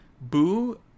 Boo